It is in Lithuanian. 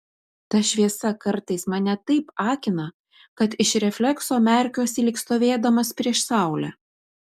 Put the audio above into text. ta šviesa kartais mane taip akina kad iš reflekso merkiuosi lyg stovėdamas prieš saulę